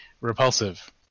repulsive